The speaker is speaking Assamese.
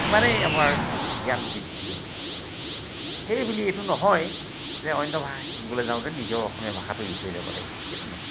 সিমানেই আমাৰ জ্ঞান বৃদ্ধি হ'ব সেইবুলি এইটো নহয় যে অন্য ভাষা শিকিবলৈ যাওঁতে নিজৰ অসমীয়া ভাষাটো এৰি থৈ যাব লাগিব সেইটো নহয়